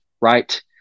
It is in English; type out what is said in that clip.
right